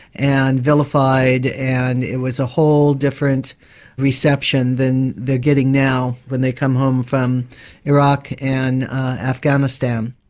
and vilified and it was a whole different reception than they're getting now when they come home from iraq and afghanistan.